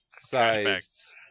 ...sized